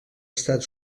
estat